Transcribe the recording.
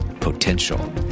potential